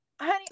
Honey